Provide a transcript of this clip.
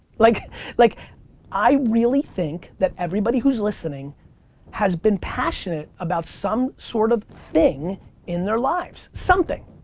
like like i really think that everybody who's listening has been passionate about some sort of thing in their lives. something!